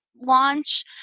launch